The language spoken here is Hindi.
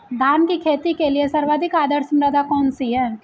धान की खेती के लिए सर्वाधिक आदर्श मृदा कौन सी है?